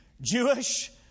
Jewish